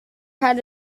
had